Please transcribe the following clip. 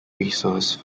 resource